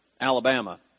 Alabama